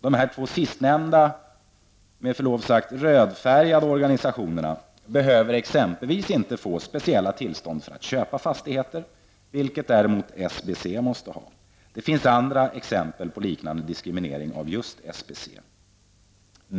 De två sistnämnda, med förlov sagt rödfärgade, organisationerna behöver exempelvis inte få speciella tillstånd för att köpa fastigheter, vilket däremot SBC måste ha. Det finns andra exempel på liknande diskriminering av just SBC.